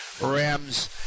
Rams